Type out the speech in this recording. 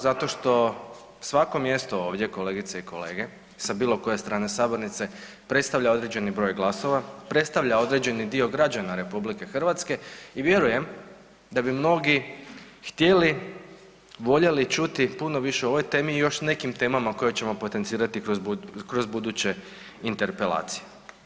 Zato što svako mjesto ovdje, kolegice i kolege, sa bilo koje strane sabornice predstavlja određeni broj glasova, predstavlja određeni dio građana RH i vjerujem da bi mnogi htjeli, voljeli čuti puno više o ovoj temi i još nekim temama koje ćemo potencirati kroz buduće interpelacije.